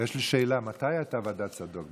יש לי שאלה: מתי הייתה ועדת צדוק?